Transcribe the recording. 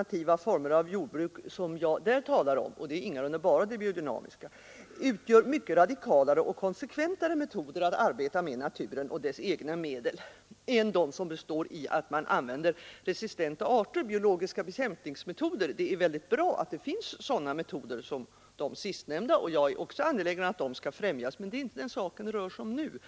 De alternativa former av jordbruk som jag där talar om — ingalunda bara de biodynamiska — utgör mycket radikalare och konsekventare metoder att arbeta med naturen och dess egna medel än de som består i att man använder resistenta arter och biologiska bekämpningsmetoder. Det är utmärkt att sådana metoder som de sistnämnda finns. Jag är angelägen om att de skall främjas, men det är inte den saken det rör sig om just nu.